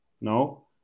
no